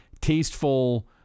tasteful